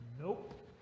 Nope